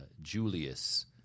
Julius